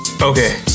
Okay